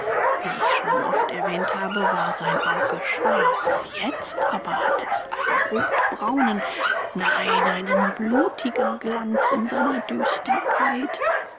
wie ich schon oft erwähnt habe war sein auge schwarz jetzt aber hatte es einen rotbraunen nein einen blutigen glanz in seiner